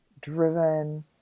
driven